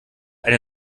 eine